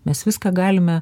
mes viską galime